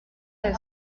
del